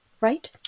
right